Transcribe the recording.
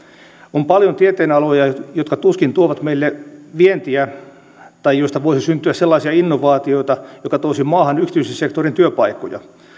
on paljon tieteenaloja jotka tuskin tuovat meille vientiä tai joista voisi syntyä sellaisia innovaatioita jotka toisivat maahan yksityisen sektorin työpaikkoja